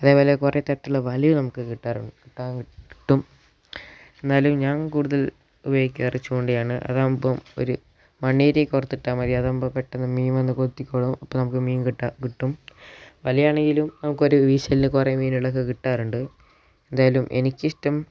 അതേപോലെ കുറേ തരത്തിലുള്ള വലയും നമുക്ക് കിട്ടാറുണ്ട് കിട്ടും എന്നാലും ഞാൻ കൂടുതൽ ഉപയോഗിക്കാറുള്ളത് ചൂണ്ടയാണ് അതാവുമ്പം ഒരു മണ്ണിരയെ കോർത്തു ഇട്ടാൽ മതി അതാവുമ്പോൾ പെട്ടെന്ന് മീൻ വന്നു കൊത്തിക്കോളും അപ്പം നമുക്ക് മീൻ കിട്ടും വല ആണെങ്കിലും നമുക്ക് ഒരു വീശലിന് കുറേ മീനുകളൊക്കെ കിട്ടാറുണ്ട് എന്തായാലും എനിക്ക് ഇഷ്ടം